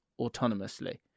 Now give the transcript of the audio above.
autonomously